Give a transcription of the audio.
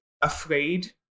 afraid